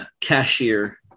cashier